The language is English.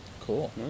Cool